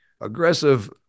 aggressive